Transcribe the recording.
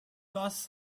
thus